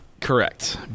Correct